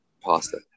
pasta